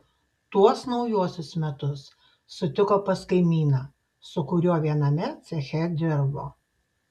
tuos naujuosius metus sutiko pas kaimyną su kuriuo viename ceche dirbo